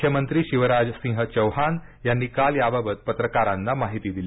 मुख्यमंत्री शिवराज सिंह चौहान यांनी काल याबाबत पत्रकारांना माहीती दिली